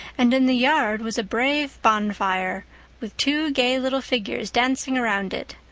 and in the yard was a brave bonfire with two gay little figures dancing around it,